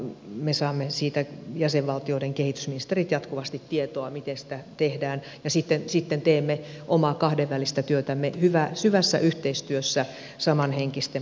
me jäsenvaltioiden kehitysministerit saamme siitä jatkuvasti tietoa miten sitä tehdään ja sitten teemme omaa kahdenvälistä työtämme syvässä yhteistyössä samanhenkisten maiden kanssa